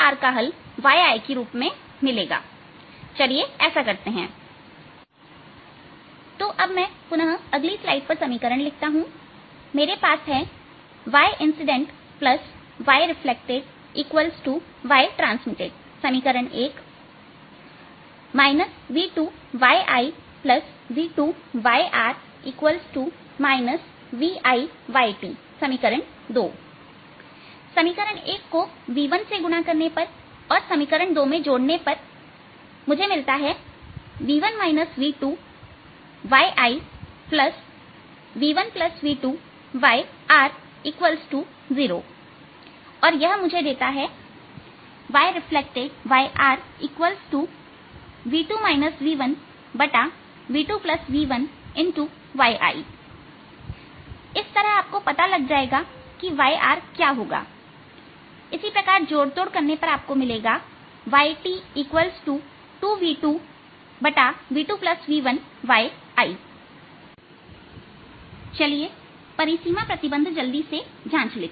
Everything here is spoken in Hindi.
चलिए ऐसा करते हैं yI yR yT TyIyRx TyTx0yIx yRx yTx 1v1yIt 1v1yRt 1v2yTt yIv1 yRv1 yTv2 v2yI v2yR v1yT Refer Slide Time 1112 तो अब मैं अगली स्लाइड पर पुनः समीकरण लिखता हूं मेरे पास है yI yR yT समीकरण 1 v2 yI v2 yR v1 yT समीकरण 2 समीकरण एक को v1 से गुणा करने पर और समीकरण 2 में जोड़ने पर मुझे मिलता है yI v1 v2yR 0 और यह मुझे देता है yR v2 v1v2v1x yI इस तरह आपको पता लग जाएगा कि yR क्या होगा इसी प्रकार जोड़ तोड़ करने पर आपको मिलेगा yT 2v2v2v1x yI चलिए परिसीमा प्रतिबंध जल्दी से जांच लेते हैं